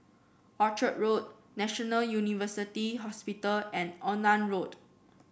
Orchard Road National University Hospital and Onan Road